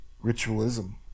Ritualism